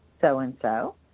so-and-so